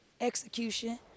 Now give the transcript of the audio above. execution